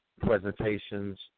Presentations